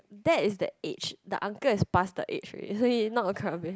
that is the age the uncle is past the age already so he not